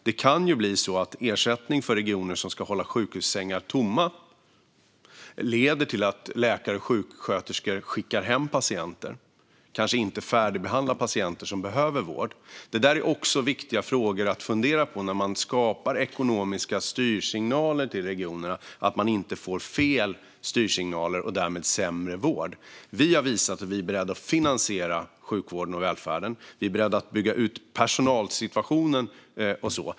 Det kan ju bli så att ersättning för regioner som ska hålla sjukhussängar tomma leder till att läkare och sjuksköterskor skickar hem patienter och kanske inte färdigbehandlar patienter som behöver vård. Detta är viktiga frågor att fundera på när man skapar ekonomiska styrsignaler till regionerna, så att det inte ges fel styrsignaler och därmed sämre vård. Vi har visat att vi är beredda att finansiera sjukvården och välfärden. Vi är också beredda att bygga ut personalsituationen.